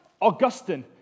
Augustine